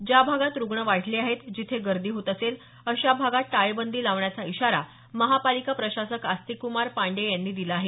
ज्या भागात रुग्ण वाढले आहेत जिथे गर्दी होत असेल अशा भागात टाळेबंदी लावण्याचा इशारा महापालिका प्रशासक आस्तिक कुमार पांडेय यांनी दिला आहे